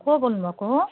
को बोल्नु भएको